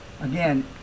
Again